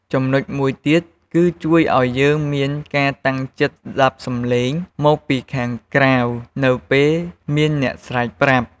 ចំំណុចមួយទៀតគឺជួយឱ្យយើងមានការតាំងចិត្តស្តាប់សម្លេងមកពីខាងក្រៅនៅពេលមានអ្នកស្រែកប្រាប់។